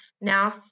now